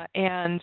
ah and